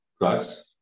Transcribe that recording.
drugs